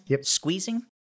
squeezing